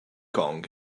kong